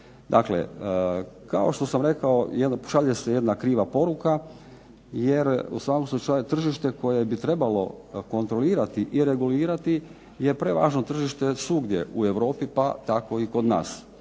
Kao što sam rekao šalje se jedna kriva poruka jer u svakom slučaju tržište koje bi trebalo kontrolirati i regulirati je prevažno tržište svugdje u Europi pa tako i kod nas,